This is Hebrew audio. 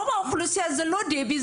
רוב האוכלוסייה היא לא דבי,